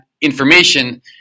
information